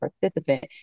participant